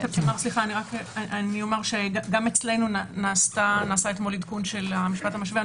גם אלצנו נעשה אתמול עדכון של המשפט המשווה.